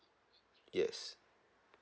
yes